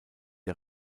der